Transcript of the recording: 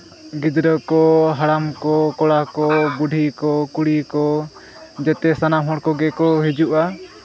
ᱜᱤᱫᱽᱨᱟᱹ ᱠᱚ ᱦᱟᱲᱟᱢ ᱠᱚ ᱠᱚᱲᱟ ᱠᱚ ᱵᱩᱰᱷᱤ ᱠᱚ ᱠᱩᱲᱤ ᱠᱚ ᱡᱚᱛᱚ ᱥᱟᱱᱟᱢ ᱦᱚᱲ ᱠᱚᱜᱮ ᱠᱚ ᱦᱤᱡᱩᱜᱼᱟ